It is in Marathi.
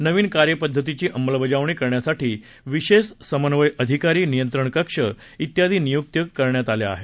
नवीन कार्यपद्धतीची अंमलबजावणी करण्यासाठी विशेष समन्वय अधिकारी नियंत्रण कक्ष व्यादी नियुक्त्या करण्यात आल्या आहेत